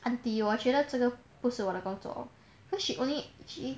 aunty 我觉得这个不是我的工作 cause she only she